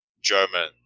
German